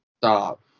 Stop